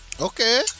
Okay